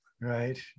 Right